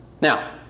now